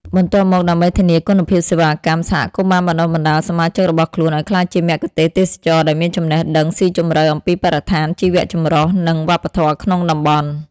បន្ទាប់មក ដើម្បីធានាគុណភាពសេវាកម្ម សហគមន៍បានបណ្ដុះបណ្ដាលសមាជិករបស់ខ្លួនឱ្យក្លាយជាមគ្គុទ្ទេសក៍ទេសចរណ៍ដែលមានចំណេះដឹងស៊ីជម្រៅអំពីបរិស្ថាន ជីវៈចម្រុះ និងវប្បធម៌ក្នុងតំបន់។